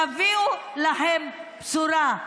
תביאו להן בשורה,